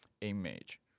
image